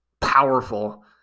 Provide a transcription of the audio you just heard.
powerful